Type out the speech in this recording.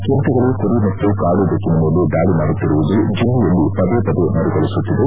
ಚಿರತೆಗಳು ಕುರಿ ಮತ್ತು ಕಾಡು ಬೆಕ್ಕಿನ ಮೇಲೆ ದಾಳಿ ಮಾಡುತ್ತಿರುವುದು ಜಿಲ್ಲೆಯಲ್ಲಿ ಪದೆ ಪದೆ ಮರುಕಳಿಸುತ್ತಿದೆ